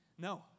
No